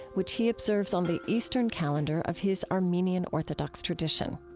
which he observes on the eastern calendar of his armenian orthodox tradition.